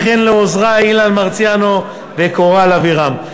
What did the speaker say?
וכן לעוזרי אילן מרסיאנו וקורל אבירם.